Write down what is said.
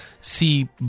see